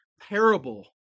parable